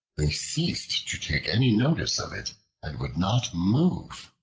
they ceased to take any notice of it and would not move.